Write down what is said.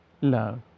Love